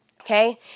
Okay